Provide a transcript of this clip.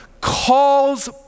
calls